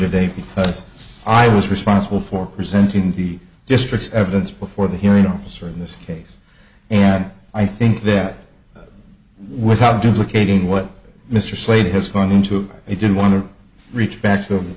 today because i was responsible for presenting the district's evidence before the hearing officer in this case and i think that without duplicating what mr slater has going into it he didn't want to reach back